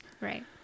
Right